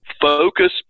focus